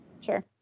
Sure